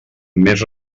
més